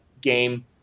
game